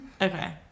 Okay